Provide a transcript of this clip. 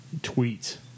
tweets